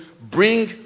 bring